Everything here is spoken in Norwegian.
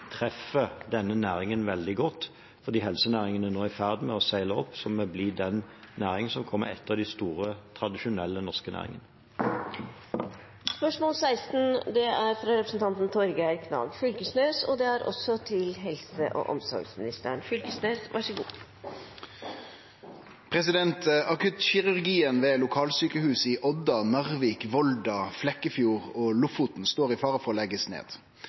treffer denne næringen veldig godt. Helsenæringen er nå i ferd med å seile opp og bli den næringen som kommer etter de store, tradisjonelle norske næringene. «Akuttkirurgien ved lokalsykehus i Odda, Narvik, Volda, Flekkefjord og Lofoten står i fare for å legges ned.